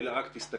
אלא רק תסתכל.